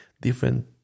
different